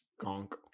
Gonk